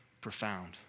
profound